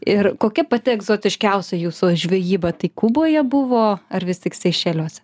ir kokia pati egzotiškiausia jūsų žvejyba tai kuboje buvo ar vis tik seišeliuose